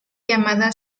llamada